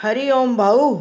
हरि ओम भाउ